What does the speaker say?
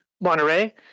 Monterey